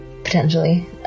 potentially